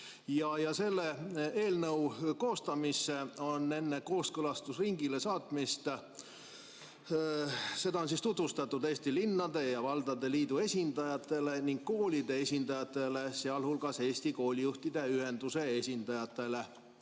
Seda eelnõu on enne kooskõlastusringile saatmist tutvustatud Eesti Linnade ja Valdade Liidu esindajatele ning koolide esindajatele, sealhulgas Eesti Koolijuhtide Ühenduse esindajatele.